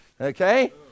Okay